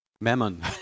Mammon